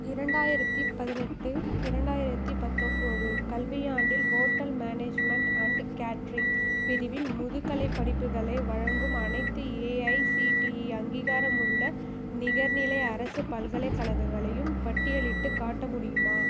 இரண்டாயிரத்தி பதினெட்டு இரண்டாயிரத்தி பத்தொம்பது கல்வியாண்டில் ஹோட்டல் மேனேஜ்மெண்ட் அண்ட் கேட்ரிங் பிரிவில் முதுகலைப் படிப்புகளை வழங்கும் அனைத்து ஏஐசிடிஇ அங்கீகாரமுள்ள நிகர்நிலை அரசு பல்கலைக்கழகங்களையும் பட்டியலிட்டுக் காட்ட முடியுமா